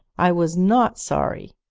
i was not sorry.